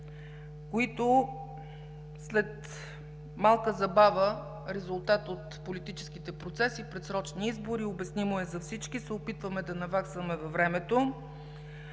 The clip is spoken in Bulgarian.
които след малка забава, са резултат от политическите процеси – предсрочни избори, обяснимо е за всички, опитваме се да наваксаме във времето.